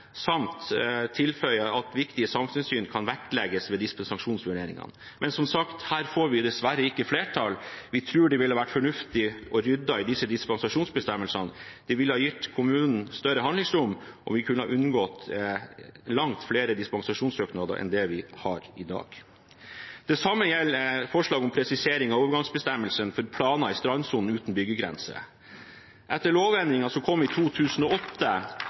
samt, vil jeg tilføye, at viktige samfunnshensyn kan vektlegges ved dispensasjonsvurderingen. Men som sagt: Her får vi dessverre ikke flertall. Vi tror det ville vært fornuftig å rydde i disse dispensasjonsbestemmelsene. Det ville ha gitt kommunen større handlingsrom, og vi kunne unngått langt flere dispensasjonssøknader enn det vi har i dag. Det samme gjelder forslaget om presisering av overgangsbestemmelse for planer i strandsonen uten byggegrense. Etter lovendringen som kom i 2008,